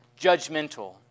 judgmental